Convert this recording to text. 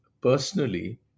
personally